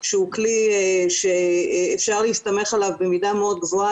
שהוא כלי שאפשר להסתמך עליו במידה מאוד גבוהה,